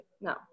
no